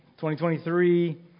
2023